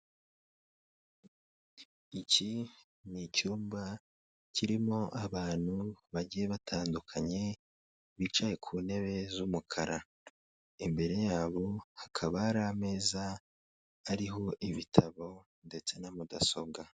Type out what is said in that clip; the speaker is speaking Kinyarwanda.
Iki ni icyumba kirimo abantu bagiye batandukanye bicaye ku ntebe z'umukara, imbere yabo hakaba hari ameza ariho ibitabo ndetse na mudasobwa.